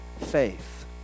faith